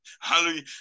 Hallelujah